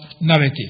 narrative